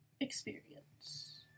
experience